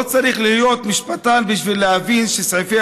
לא צריך להיות משפטן בשביל להבין שסעיפי